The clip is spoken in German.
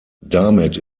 damit